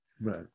Right